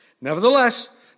Nevertheless